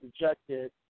rejected